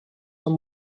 amb